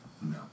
No